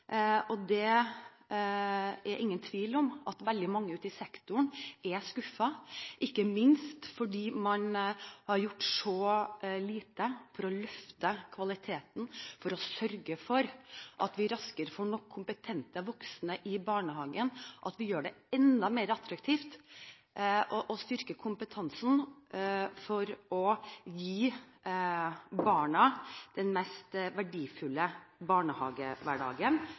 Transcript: ingen tvil om at veldig mange i sektoren er skuffet fordi man har gjort så lite for å løfte kvaliteten, for å sørge for at vi raskere får nok kompetente voksne i barnehagen, for å styrke kompetansen og gjøre det enda mer attraktivt som arbeidsplass. Dette må gjøres for at vi kan gi barna den mest verdifulle barnehagehverdagen